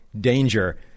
danger